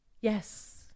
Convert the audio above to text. Yes